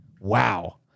Wow